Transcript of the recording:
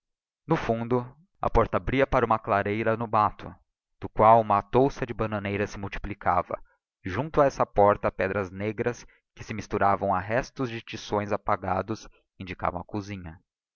no fundo a porta abria para uma clareira do matto na qual uma touca de bananeiras se multiplicava e junto a essa porta pedras negras que se misturavam a restos de tições apagados indicavam a cozinha